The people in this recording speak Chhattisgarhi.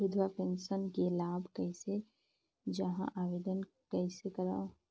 विधवा पेंशन के लाभ कइसे लहां? आवेदन कइसे करव?